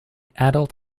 adult